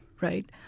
right